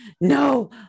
no